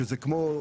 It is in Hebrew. שזה כמו,